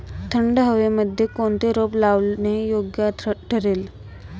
थंड हवेमध्ये कोणते रोप लावणे योग्य ठरेल?